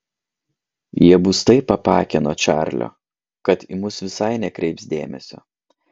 jie bus taip apakę nuo čarlio kad į mus visai nekreips dėmesio